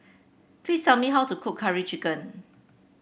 please tell me how to cook Curry Chicken